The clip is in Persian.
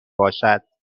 باشد